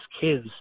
kids